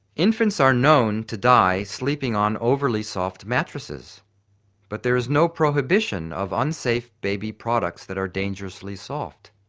infants are known to die sleeping on overly soft mattresses but there is no prohibition of unsafe baby products that are dangerously soft.